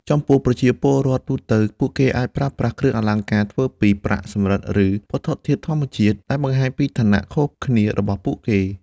ចំពោះប្រជាពលរដ្ឋទូទៅ ពួកគេអាចប្រើប្រាស់គ្រឿងអលង្ការធ្វើពីប្រាក់ សំរឹទ្ធិ ឬវត្ថុធាតុធម្មជាតិ ដែលបង្ហាញពីឋានៈខុសគ្នារបស់ពួកគេ។